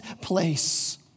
place